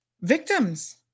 victims